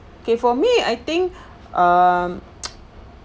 okay for me I think um